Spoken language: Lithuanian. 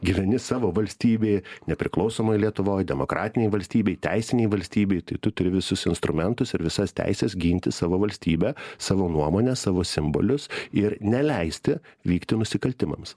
gyveni savo valstybėj nepriklausomoj lietuvoj demokratinėj valstybėj teisinėj valstybėj tai tu turi visus instrumentus ir visas teises ginti savo valstybę savo nuomonę savo simbolius ir neleisti vykti nusikaltimams